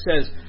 says